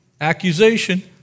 accusation